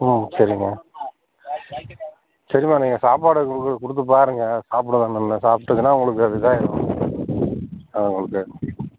ம் சரிங்க சரிம்மா நீங்கள் சாப்பாடு உங்களுக்கு கொடுத்து பாருங்க சாப்பிட தான் நல்ல சாப்பிட்டுதுன்னா உங்களுக்கு இதை இதாயும் அது உங்களுக்கு